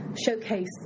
showcase